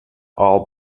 all